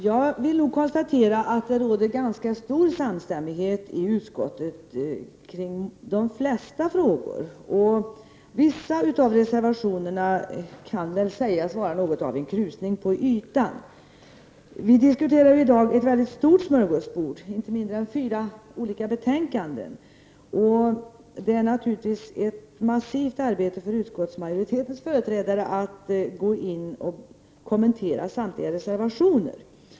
Herr talman! Jag konstaterar att det råder ganska stor samstämmighet i utskottet kring de flesta frågor. Vissa av reservationerna kan sägas vara en krusning på ytan. Vi diskuterar i dag ett stort smörgåsbord, inte mindre än fyra olika betänkanden. Det är naturligtvis ett massivt arbete för utskottsmajoritetens företrädare att kommentera samtliga reservationer.